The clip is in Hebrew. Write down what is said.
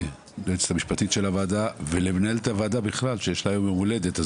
ליועצת המשפטית של הוועדה ולמנהלת הוועדה בכלל שיש לה היום יום הולדת,